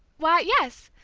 why, yes!